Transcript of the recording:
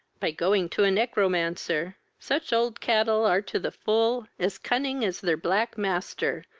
by going to a negromancer. such old cattle are to the full as cunning as their black master,